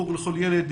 חוג לכל ילד,